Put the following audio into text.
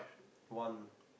one